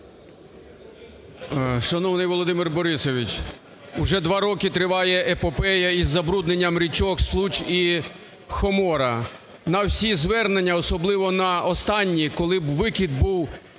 Шановний Володимир Борисович, уже два роки триває епопея із забрудненням річок Случ іХомора. На всі звернення, особливо на останнє, коли викид був